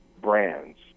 brands